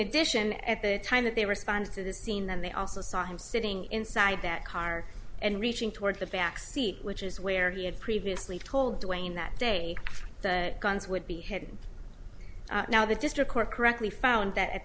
addition at the time that they responded to the scene then they also saw him sitting inside that car and reaching toward the back seat which is where he had previously told wayne that day the guns would be headed now the district court correctly found